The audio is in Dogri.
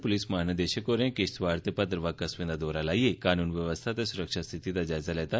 पुलस महानिदेशक होरें किश्तावाड़ ते भद्रवाह कस्बे दा दौरा लाइयै कनून व्यवस्था ते स्रक्षा स्थिति दा जायजा लैता